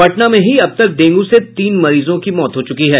पटना में ही अब तक डेंगू से तीन मरीजों की मौत हो गयी है